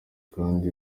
kandi